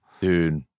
Dude